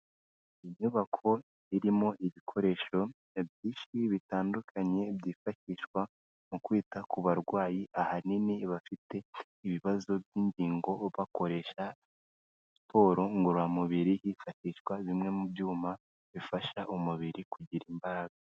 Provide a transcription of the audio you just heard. Inyubako irimo ibikoresho byinshi bitandukanye byifashishwa mu kwita ku barwayi ahanini bafite ibibazo by'ingingo, bakoresha siporo ngororamubiri hifashishwa bimwe mu byuma bifasha umubiri kugira imbaraga.